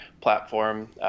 platform